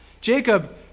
Jacob